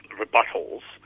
rebuttals